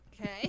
Okay